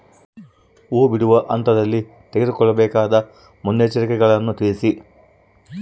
ಹೂ ಬಿಡುವ ಹಂತದಲ್ಲಿ ತೆಗೆದುಕೊಳ್ಳಬೇಕಾದ ಮುನ್ನೆಚ್ಚರಿಕೆಗಳನ್ನು ತಿಳಿಸಿ?